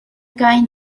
going